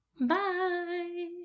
Bye